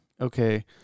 okay